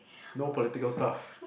no political stuff